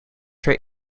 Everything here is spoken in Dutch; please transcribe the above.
ver